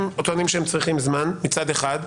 הם טוענים שהם צריכים זמן מצד אחד.